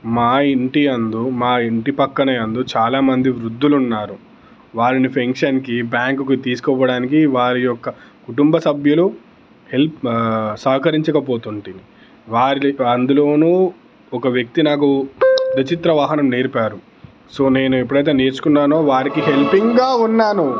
మా ఇంటి యందు మా ఇంటి ప్రక్కనే యందు చాలా మంది వృద్ధులు ఉన్నారు వారిని పెన్షన్కి బ్యాంకుకు తీసుకుపోవడానికి వారి యొక్క కుటుంబ సభ్యులు హెల్ప్ సహకరించకపోతుండేది వారి అందులోనూ ఒక వ్యక్తి నాకు ద్విచక్ర వాహనం నేర్పారు సో నేను ఎప్పుడైతే నేర్చుకున్నానో వారికి హెల్పింగ్గా ఉన్నాను